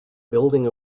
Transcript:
building